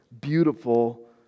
beautiful